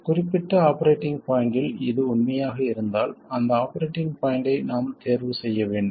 குறிப்பிட்ட ஆபரேட்டிங் பாய்ண்ட்டில் இது உண்மையாக இருந்தால் அந்த ஆபரேட்டிங் பாய்ண்ட்டை நாம் தேர்வு செய்ய வேண்டும்